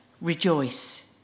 rejoice